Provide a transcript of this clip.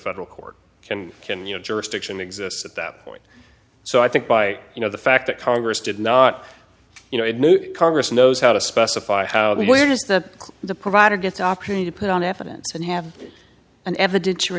federal court can can you know jurisdiction exists at that point so i think by you know the fact that congress did not you know if congress knows how to specify how and where is that the provider gets opportunity to put on evidence and have an